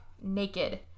naked